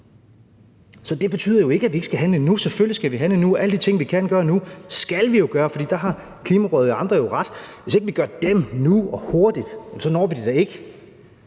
Det betyder jo ikke, at vi ikke skal handle nu. Selvfølgelig skal vi handle nu – alle de ting, vi kan gøre nu, skal vi jo gøre, for der har Klimarådet og andre jo ret: Hvis ikke vi gør dem nu og hurtigt, så når vi det da ikke.